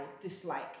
dislike